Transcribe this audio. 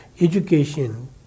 education